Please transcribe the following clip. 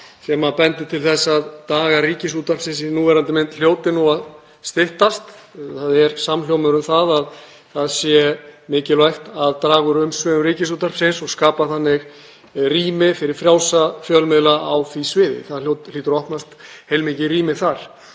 sem bendir til þess að dögum Ríkisútvarpsins í núverandi mynd hljóti nú að fækka. Það er samhljómur um að það sé mikilvægt að draga úr umsvifum Ríkisútvarpsins og skapa þannig rými fyrir frjálsa fjölmiðla á því sviði. Það hlýtur að opnast heilmikið rými þar.